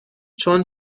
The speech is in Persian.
چون